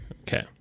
Okay